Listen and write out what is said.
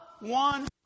one